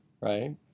right